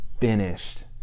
finished